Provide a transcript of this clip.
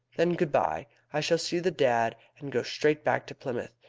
then, good-bye. i shall see the dad, and go straight back to plymouth.